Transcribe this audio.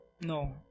No